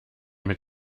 mit